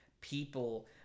people